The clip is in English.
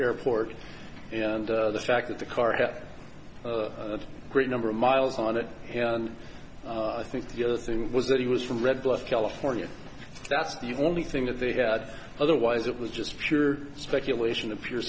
airport and the fact that the car had a great number of miles on it and i think the other thing was that he was from red bluff california that's the only thing that they had otherwise it was just pure speculation appear